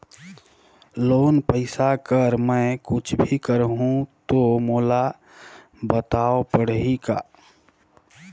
Loan पइसा कर मै कुछ भी करहु तो मोला बताव पड़ही का?